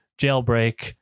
jailbreak